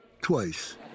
twice